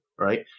Right